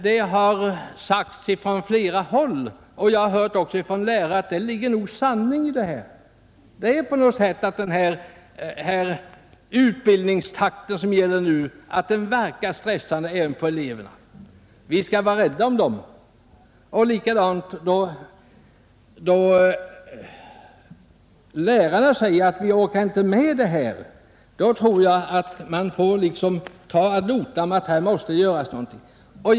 Det har från flera håll — även från lärarna — framhållits att det nog ligger en sanning i detta. Utbildningstakten verkar stressande på eleverna. Vi skall vara rädda om dem. Samma sak gäller lärarna, som säger att de inte orkar med. Jag tror att man bör ta detta ad notam och se till att något blir gjort.